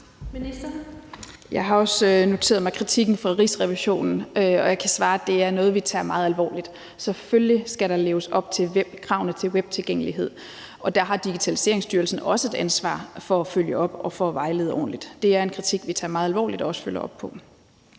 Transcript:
Jeg har også noteret mig kritikken fra Rigsrevisionen, og jeg kan svare, at det er noget, vi tager meget alvorligt. Selvfølgelig skal der leves op til kravene til webtilgængelighed, og der har Digitaliseringsstyrelsen også et ansvar for at følge op og for at vejlede ordentligt. Det er en kritik, vi tager meget alvorligt og også følger op på.